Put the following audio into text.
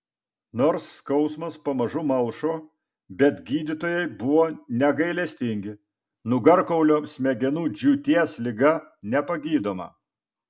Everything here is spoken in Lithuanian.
nors skausmas pamažu malšo bet gydytojai buvo negailestingi nugarkaulio smegenų džiūties liga nepagydoma